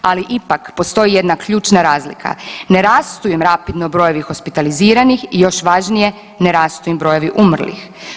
Ali ipak postoji jedna ključna razlika, ne rastu im rapidno brojevi hospitaliziranih i još važnije ne rastu im brojevi umrlih.